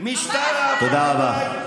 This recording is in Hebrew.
תודה רבה.